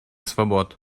свобод